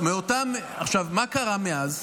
מה קרה מאז?